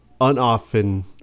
unoften